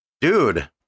Dude